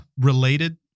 related